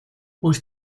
pues